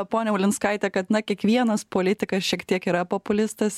ponia ulinskaite kad na kiekvienas politikas šiek tiek yra populistas